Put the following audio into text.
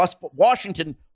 Washington